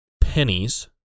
pennies